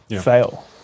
fail